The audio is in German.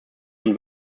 nun